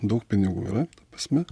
daug pinigų yra ta prasme